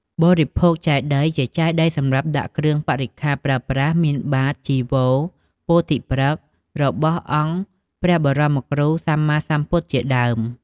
បរិភោគចេតិយ ជាចេតិយសម្រាប់ដាក់គ្រឿងបរិក្ខាប្រើប្រាស់ មាន បាត្រ ចីវរ ពោធិព្រឹក្ស របស់អង្គព្រះបរមគ្រូសម្មាសម្ពុទ្ធជាដើម។